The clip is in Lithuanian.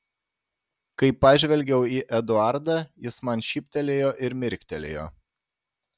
kai pažvelgiau į eduardą jis man šyptelėjo ir mirktelėjo